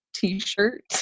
t-shirt